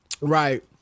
Right